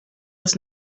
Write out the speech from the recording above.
was